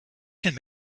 can